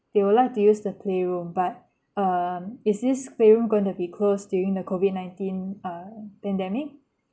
they would like to use the playroom but um is this playroom gonna be closed during the COVID nineteen uh pandemic